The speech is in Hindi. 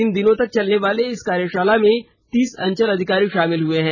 तीन दिनों तक चलने वाले इस कार्यशाला में तीस अंचल अधिकारी शामिल हुए हैं